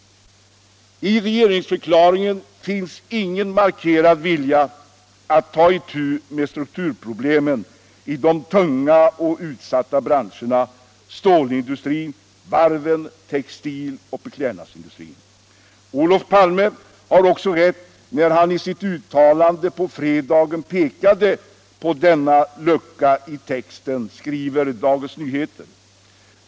—' I regeringsförklaringen finns ingen markerad vilja att ta itu med strukturproblemen i de tunga och utsatta branscherna — stålindustrin, varven, textiloch beklädnadsindustrin. Olof Palme har också rätt, när han i sitt uttalande på fredagen pekade på denna lucka i texten, skriver Dagens Nyheter.